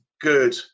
good